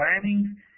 planning